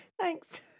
Thanks